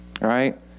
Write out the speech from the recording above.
right